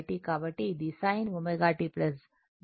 కాబట్టి అది sin ω t 0 o